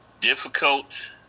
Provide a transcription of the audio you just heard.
Difficult